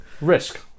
risk